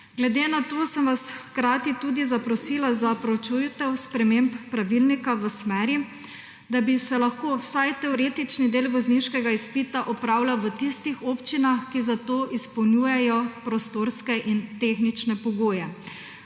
Glede na to sem vas hkrati tudi zaprosila za proučitev sprememb pravilnika v smeri, da bi se lahko vsaj teoretični del vozniškega izpita opravljal v tistih občinah, ki za to izpolnjujejo prostorske in tehnične pogoje.